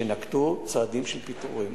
שנקטו צעדים של פיטורים.